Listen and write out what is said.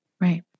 right